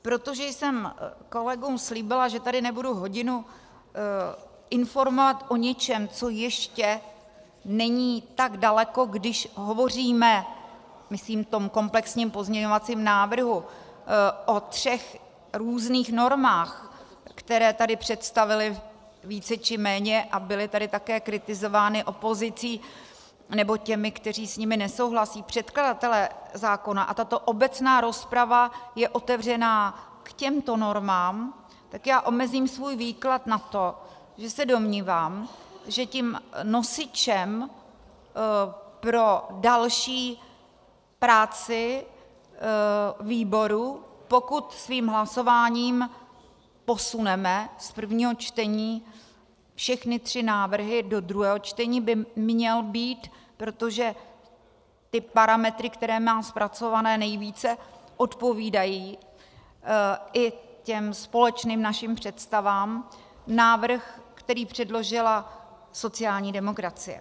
Protože jsem kolegům slíbila, že tady nebudu hodinu informovat o něčem, co ještě není tak daleko, když hovoříme, myslím tom komplexním pozměňovacím návrhu, o třech různých normách, které tady představili více či méně, a byly tady také kritizovány opozicí nebo těmi, kteří s nimi nesouhlasí, předkladatelé zákona, a tato obecná rozprava je otevřená k těmto normám, tak já omezím svůj výklad na to, že se domnívám, že tím nosičem pro další práci výboru, pokud svým hlasováním posuneme z prvního čtení všechny tři návrhy do druhého čtení, by měl být, protože ty parametry, které má zpracované, nejvíce odpovídají i těm společným našim představám, návrh, který předložila sociální demokracie.